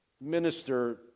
minister